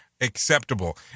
acceptable